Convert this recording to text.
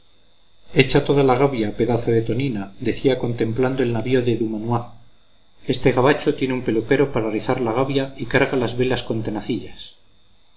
echa toda la gavia pedazo de tonina decía contemplando el navío de dumanoir este gabacho tiene un peluquero para rizar la gavia y carga las velas con tenacillas